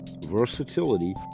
versatility